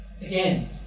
again